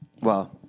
Wow